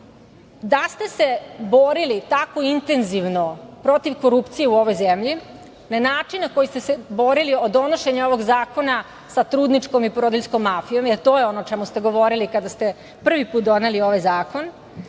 ste se borili tako intenzivno protiv korupcije u ovoj zemlji, na način na koji ste se borili od donošenja ovog zakona sa trudničkom i porodiljskom mafijom, jer to je ono o čemu ste govorili kada ste prvi put doneli ovaj zakon,